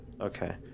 Okay